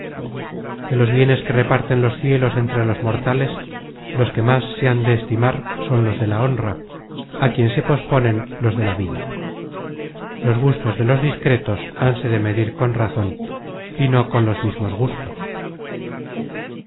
de los bienes que reparten los cielos entre los mortales los que más se han de estimar son los de la honra á quien se posponen los de la vida los gustos de los discretos hanse de medir con la razon y no con los mismos gustos